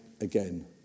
again